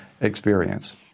experience